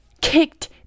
kicked